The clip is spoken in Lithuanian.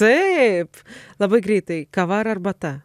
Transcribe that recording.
taip labai greitai kava ar arbata